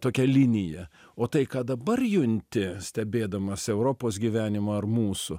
tokia linija o tai ką dabar junti stebėdamas europos gyvenimą ar mūsų